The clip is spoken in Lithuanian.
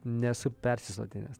nesu persisotinęs